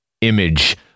image